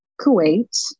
Kuwait